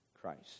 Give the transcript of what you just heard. Christ